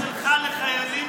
אלון,